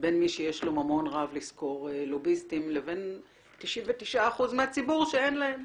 בין מי שיש לו ממון רב לשכור לוביסטים לבין 99% מהציבור שאין להם,